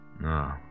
No